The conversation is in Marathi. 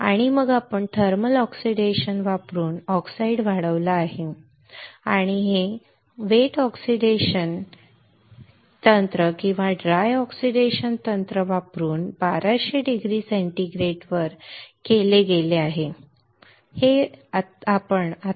आणि मग आपण थर्मल ऑक्सिडेशन वापरून ऑक्साईड वाढवला आहे आणि हे वेट ऑक्सिडेशन तंत्र किंवा ड्राय ऑक्सिडेशन तंत्र वापरून 1200 डिग्री सेंटीग्रेडवर केले गेले आहे बरोबर